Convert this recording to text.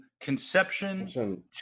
conception